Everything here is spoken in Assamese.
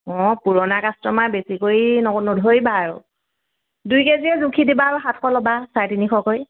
অ' পুৰণা কাষ্টমাৰ বেছি কৰি নধৰিবা আৰু দুই কেজিয়ে জুখি দিবা আৰু সাতশ ল'বা চাৰে তিনিশকৈ